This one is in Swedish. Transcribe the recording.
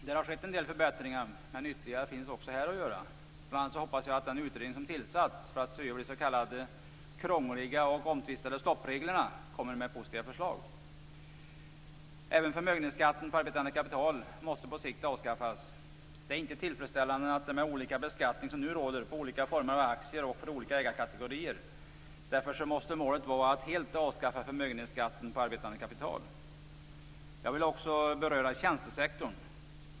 Det har skett en del förbättringar, men ytterligare finns att göra även här. Bl.a. hoppas jag att den utredning som tillsatts för att se över de krångliga och omtvistade s.k. stoppreglerna kommer med positiva förslag. Även förmögenhetsskatten på arbetande kapital måste på sikt avskaffas. Det är inte tillfredsställande med den olika beskattning som nu råder på olika former av aktier och för olika ägarkategorier. Därför måste målet vara att helt avskaffa förmögenhetsskatten på arbetande kapital. Jag vill också här beröra tjänstesektorn.